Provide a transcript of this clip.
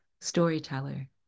storyteller